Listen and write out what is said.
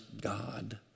God